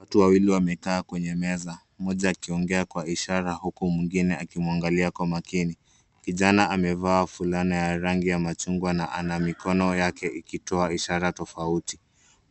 Watu wawili wamekaa kwenye meza. Mmoja akiongea kwa ishara huku mwingine akimwangalia kwa makini. Kijana amevaa fulana ya rangi ya machungwa na ana mikono yake ikitoa ishara tofauti.